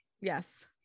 Yes